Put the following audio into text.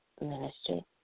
ministry